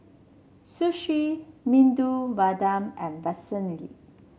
Sushi Medu Vada and Vermicelli